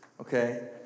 okay